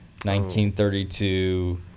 1932